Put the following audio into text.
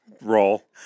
roll